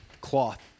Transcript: Cloth